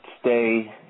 stay